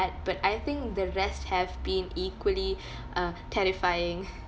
but I think the rest have been equally uh terrifying